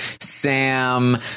Sam